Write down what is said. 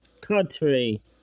Country